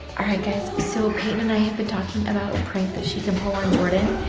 all right guys, so payton and i have been talking about a prank that she can pull on jordyn,